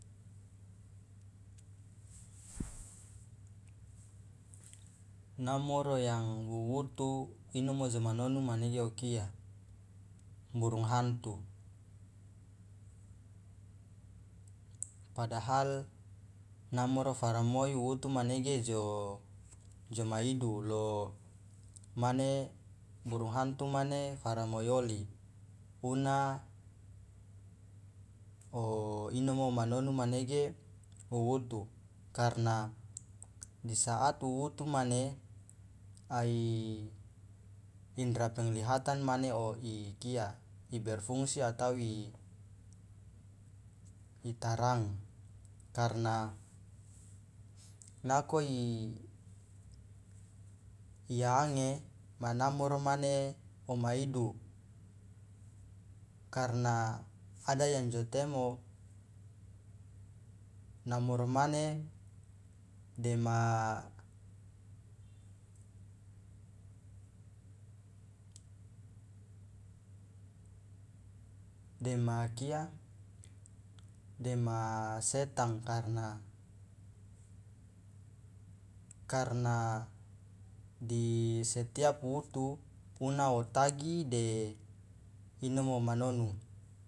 namoro yang wuwutu inomo joma nonu manege okia burung hantu padahal namoro faramoi wuwutu manege joma idu lo mane burung hantu mane faramoi oli una inomo oma nonu manege wuwutu karna di saat wuwutu mane ai indra penglihatan mane o ikia iberfungsi atau itarang karna nakoi iange manamoro mane oma idu karna ada yang jo temo namoro mane dema dema kia setang karna karna di setiap wutu una otagi de inomo oma nonu